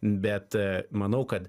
bet manau kad